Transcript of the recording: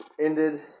ended